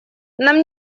нам